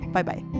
Bye-bye